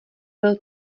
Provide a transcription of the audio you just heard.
byl